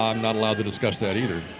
um not allowed to discuss that either.